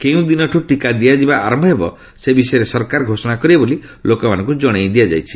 କେଉଁ ଦିନଠୁ ଟିକା ଦିଆଯିବା ଆରମ୍ଭ ହେବ ସେ ବିଷୟରେ ସରକାର ଘୋଷଣା କରିବେ ବୋଲି ଲୋକମାନଙ୍କୁ ଜଣାଇ ଦିଆଯାଇଛି